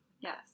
Yes